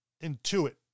intuit